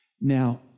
Now